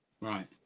Right